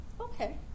Okay